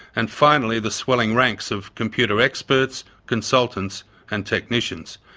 and finally the swelling ranks of computer experts, consultants and technicians.